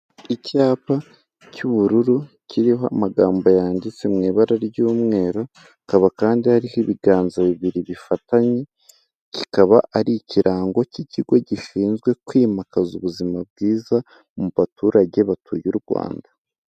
Icyapa cy'ubururu, kiriho amagambo yanditsewe mu ibara ry'umweru, hakaba kandi hariho ibiganza bibiri bifatanye, kikaba ari ikirango k'ikigo gishinzwe kwimakaza ubuzima bwiza mu baturage batuye u Rwanda.